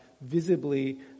visibly